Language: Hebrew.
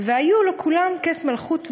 / והיו לו כולם כס, מלכות ומושב,